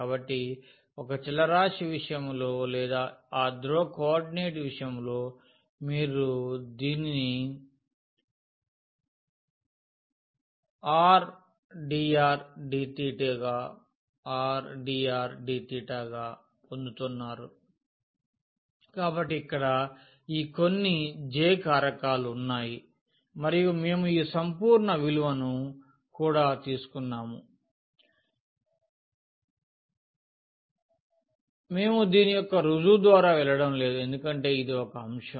కాబట్టి ఒక చలరాశి విషయంలో లేదా ఆ ధ్రువ కోఆర్డినేట్ విషయంలో మీరు దీనిని r dr dθ గా పొందుతున్నారు కాబట్టి ఇక్కడ ఈ కొన్ని J కారకాలు ఉన్నాయి మరియు మేము ఈ సంపూర్ణ విలువను కూడా తీసుకున్నాము మేము దీని యొక్క రుజువు ద్వారా వెళ్ళడం లేదు ఎందుకంటే ఇది ఒక అంశం